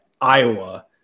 Iowa